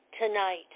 tonight